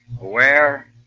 aware